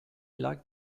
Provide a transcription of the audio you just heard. like